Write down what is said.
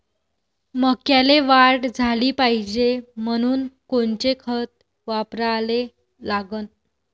मक्याले वाढ झाली पाहिजे म्हनून कोनचे खतं वापराले लागन?